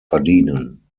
verdienen